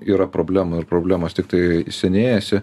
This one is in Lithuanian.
yra problemų ir problemos tiktai senėjasi